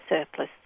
surplus